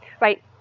right